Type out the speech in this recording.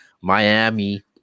Miami